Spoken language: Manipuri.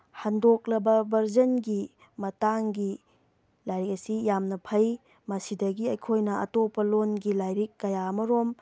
ꯍꯟꯗꯣꯛꯂꯕ ꯕ꯭ꯔꯖꯤꯟꯒꯤ ꯃꯇꯥꯡꯒꯤ ꯂꯥꯏꯔꯤꯛ ꯑꯁꯤ ꯌꯥꯝꯅ ꯐꯩ ꯃꯁꯤꯗꯒꯤ ꯑꯩꯈꯣꯏꯅ ꯑꯇꯣꯞꯄ ꯂꯣꯟꯒꯤ ꯂꯥꯏꯔꯤꯛ ꯀꯌꯥ ꯑꯃꯔꯣꯝ